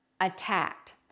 attacked